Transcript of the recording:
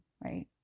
right